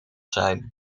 zijn